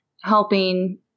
helping